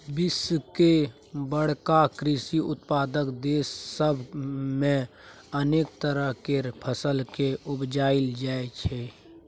विश्व के बड़का कृषि उत्पादक देस सब मे अनेक तरह केर फसल केँ उपजाएल जाइ छै